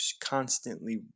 constantly